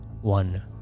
one